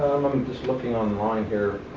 just looking online here,